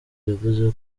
yavuze